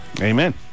Amen